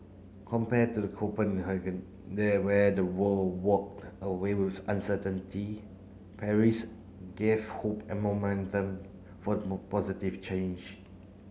compare to the Copenhagen there where the world walked away with uncertainty Paris gave hope and momentum for positive change